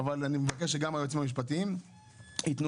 אני מבקש שגם היועצים המשפטיים ייתנו